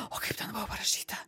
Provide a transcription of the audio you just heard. o kaip ten buvo parašyta